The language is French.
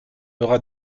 auras